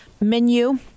menu